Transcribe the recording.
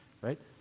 right